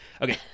Okay